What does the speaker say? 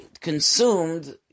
consumed